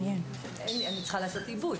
אני צריכה לעשות עיבוד.